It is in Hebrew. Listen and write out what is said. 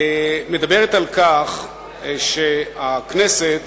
מדברת על כך שהכנסת